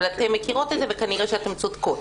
שאתן צודקות.